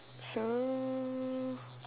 so